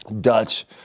Dutch